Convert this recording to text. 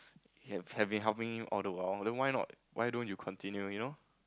have have been helping him all the while then why not why don't you continue you know